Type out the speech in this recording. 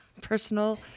personal